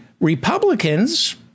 Republicans